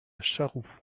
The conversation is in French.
charroux